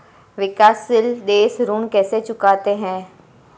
विकाशसील देश ऋण कैसे चुकाते हैं?